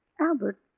Albert